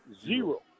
zero